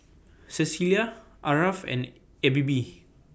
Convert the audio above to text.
Cecelia Aarav and E B B